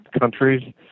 countries